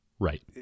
Right